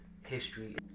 history